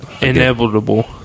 Inevitable